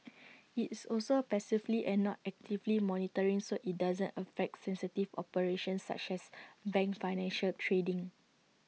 it's also passively and not actively monitoring so IT doesn't affect sensitive operations such as A bank's financial trading